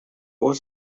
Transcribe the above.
was